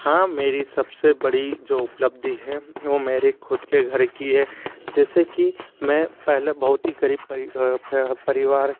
हाँ मेरी सबसे बड़ी जो उपलब्धि है वो मेरी खुद के घर की है जैसे कि मैं पहले बहुत ही गरीब परिवार